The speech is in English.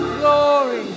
Glory